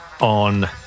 on